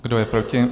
Kdo je proti?